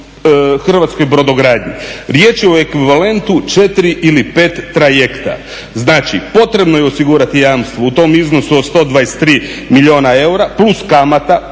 Hrvatskoj brodogradnji. Riječ je o ekvivalentu 4 ili 5 trajekta. Znači, potrebno je osigurati jamstvo u tom iznosu od 123 milijuna eura plus kamata